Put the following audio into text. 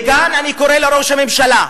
מכאן אני קורא לראש הממשלה,